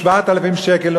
שקל,